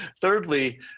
Thirdly